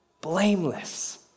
blameless